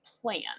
plan